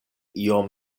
iom